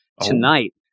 tonight